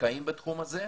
מושקעים בתחום הזה.